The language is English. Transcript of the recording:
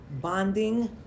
bonding